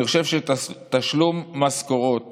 אני חושב שתשלום משכורות